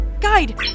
Guide